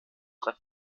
das